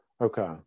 Okay